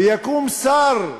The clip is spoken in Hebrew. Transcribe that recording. ויקום שר,